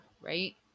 Right